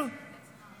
להפקיר